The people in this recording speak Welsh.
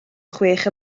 chwech